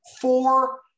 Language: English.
four